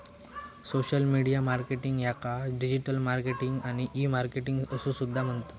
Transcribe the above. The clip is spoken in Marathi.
सोशल मीडिया मार्केटिंग याका डिजिटल मार्केटिंग आणि ई मार्केटिंग असो सुद्धा म्हणतत